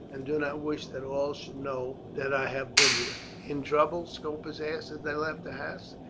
and do not wish that all should know that i have been here. in trouble? scopus asked as they left the house.